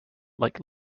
like